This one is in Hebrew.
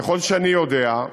ככל שאני יודע,